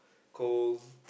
cold